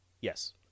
Yes